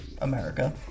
America